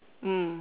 mm